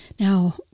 Now